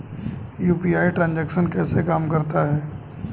UPI transaction कैसे काम करता है?